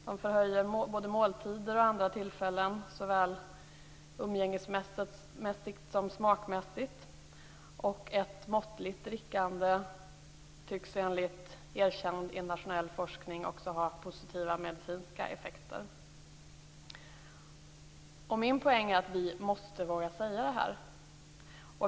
De förhöjer både måltider och andra tillfällen, såväl umgängesmässigt som smakmässigt. Ett måttligt drickande tycks enligt erkänd internationell forskning också ha positiva medicinska effekter. Min poäng är att vi måste våga säga detta.